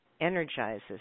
energizes